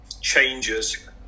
changes